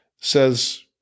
says